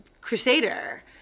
crusader